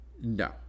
No